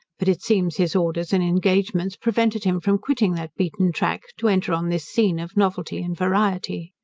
but it seems his orders and engagements prevented him from quitting that beaten track, to enter on this scene of novelty and variety.